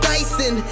Dyson